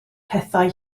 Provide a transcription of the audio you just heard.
pethau